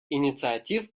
инициатив